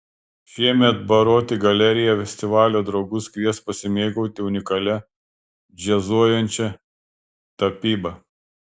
šiemet baroti galerija festivalio draugus kvies pasimėgauti unikalia džiazuojančia tapyba